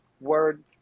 word